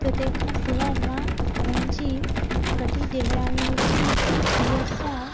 त तंहिंखां सवाइ मां पंहिंजी वॾी ॾेराणीअ जी धीअ सां